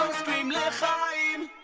scream yeah l'chaim